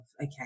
okay